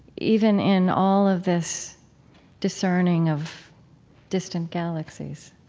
even in all of this discerning of distant galaxies